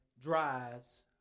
drives